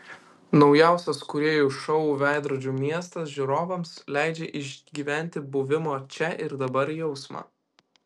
naujausias kūrėjų šou veidrodžių miestas žiūrovams leidžia išgyventi buvimo čia ir dabar jausmą